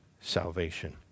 salvation